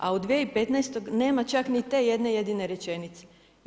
A u 2015. nema čak ni te jedne jedine rečenice.